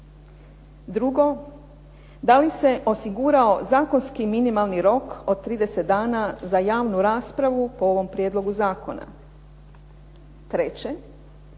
Drugo, da li se osigurao zakonski minimalni rok od 30 dana za javnu raspravu po ovom prijedlogu zakona? Treće,